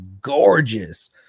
gorgeous